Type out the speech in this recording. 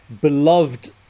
beloved